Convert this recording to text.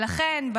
ולכן,